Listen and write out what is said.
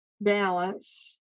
balance